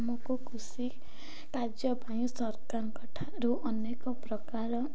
ଆମକୁ କୃଷି କାର୍ଯ୍ୟ ପାଇଁ ସରକାରଙ୍କ ଠାରୁ ଅନେକ ପ୍ରକାର